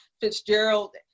Fitzgerald